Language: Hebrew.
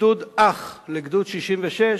גדוד-אח לגדוד 66,